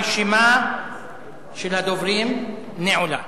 הרשימה של הדוברים נעולה.